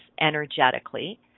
energetically